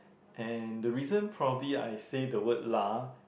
and the reason probably I say the word lah